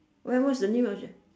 what's what's the name of the